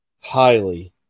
highly